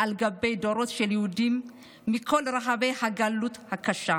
על גבי דורות של יהודים מכל רחבי הגלות הקשה.